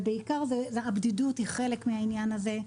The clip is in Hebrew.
ובעיקר הבדיקות היא חלק מהעניין הזה.